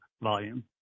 volume